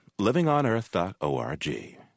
livingonearth.org